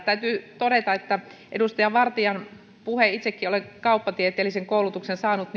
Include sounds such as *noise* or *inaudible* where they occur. täytyy todeta että edustaja vartian puheessa itsekin olen kauppatieteellisen koulutuksen saanut *unintelligible*